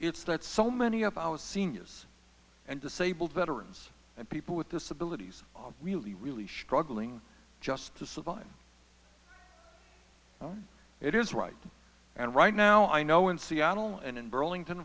it's that so many of our seniors and disabled veterans and people with disabilities really really shrug just to survive it is right and right now i know in seattle and in burlington